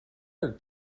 are